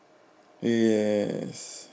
yes